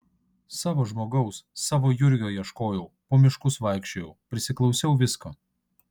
savo žmogaus savo jurgio ieškojau po miškus vaikščiojau prisiklausiau visko